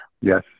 Yes